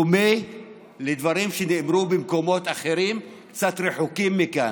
זה דומה לדברים שנאמרו במקומות אחרים קצת רחוקים מכאן.